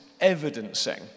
evidencing